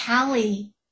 Callie